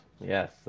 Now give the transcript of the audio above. yes